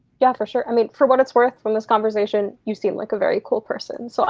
yeah, for sure. i mean for what it's worth from this conversation you seem like a very cool person. so